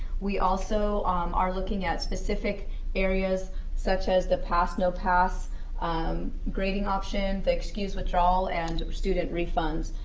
we also are looking at specific areas such as the pass no-pass um grading option, the excused withdrawal, and student refunds,